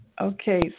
Okay